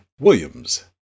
Williams